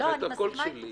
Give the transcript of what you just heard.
את צריכה את הקול שלי.